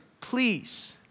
please